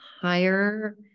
higher